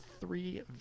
three